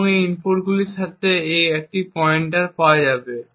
এবং ইনপুটগুলির সাথে এখানে একটি পয়েন্টার পাওয়া যাবে